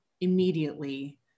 immediately